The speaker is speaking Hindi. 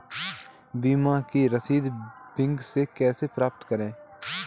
बीमा की रसीद बैंक से कैसे प्राप्त करें?